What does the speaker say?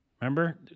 Remember